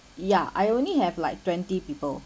ya I only have like twenty people